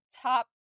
top